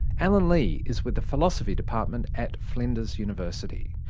alan lee is with the philosophy department at flinders university.